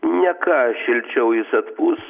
ne ką šilčiau jis atpūs